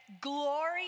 glory